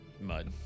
mud